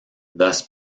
thus